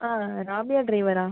Rabia ட்ரைவரா